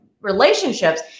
relationships